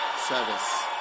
service